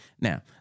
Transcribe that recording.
Now